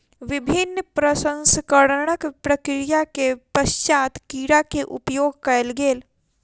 विभिन्न प्रसंस्करणक प्रक्रिया के पश्चात कीड़ा के उपयोग कयल गेल